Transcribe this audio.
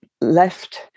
left